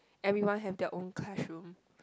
everyone have their own classroom